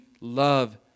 love